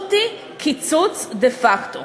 המשמעות היא קיצוץ דה פקטו.